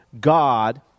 God